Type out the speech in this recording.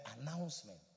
announcement